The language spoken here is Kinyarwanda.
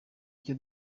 icyo